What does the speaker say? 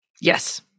Yes